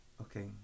okay